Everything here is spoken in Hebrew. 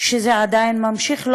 שזה עדיין נמשך.